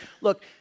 Look